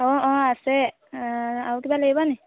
অঁ অঁ আছে আৰু কিবা লাগিব নেকি